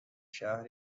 شهر